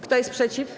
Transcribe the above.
Kto jest przeciw?